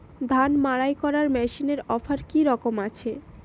ধান মাড়াই করার মেশিনের অফার কী রকম আছে?